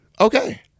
okay